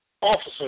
officer